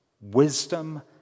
wisdom